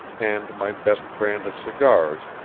and my best brand of cigars,